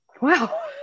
Wow